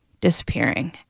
disappearing